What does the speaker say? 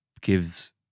gives